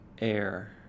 air